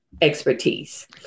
expertise